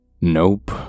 Nope